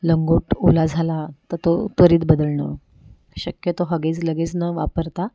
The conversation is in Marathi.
लंगोट ओला झाला तर तो त्वरित बदलणं शक्यतो हगीज लगेच न वापरता